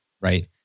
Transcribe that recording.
right